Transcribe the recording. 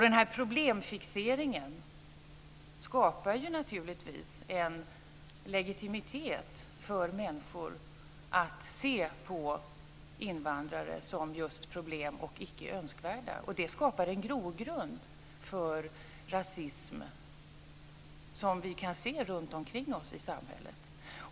Den problemfixeringen skapar naturligtvis en legitimitet för människor att se på invandrare som just problem och icke önskvärda. Det skapar en grogrund för rasism som vi kan se runtomkring oss i samhället.